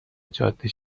جاده